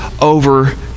over